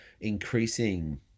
increasing